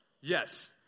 yes